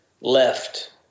left